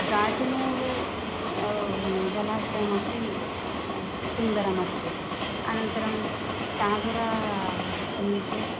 गाजनूरू जलाशयमपि सुन्दरमस्ति अनन्तरं सागरसमीपे